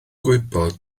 gwybod